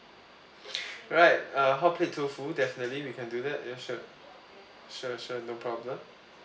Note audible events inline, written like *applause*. *noise* alright uh hot plate tofu definitely we can do that ya sure sure sure no problem